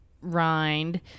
rind